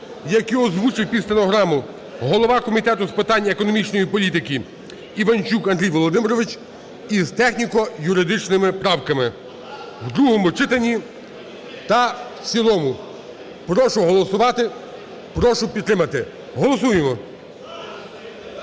які озвучив під стенограму голова Комітету з питань економічної політики Іванчук Андрій Володимирович, і з техніко-юридичними правками в другому читанні та в цілому. Прошу голосувати. Прошу підтримати. Голосуємо.